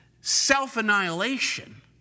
self-annihilation